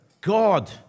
God